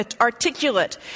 articulate